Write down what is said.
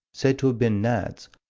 said to have been gnats,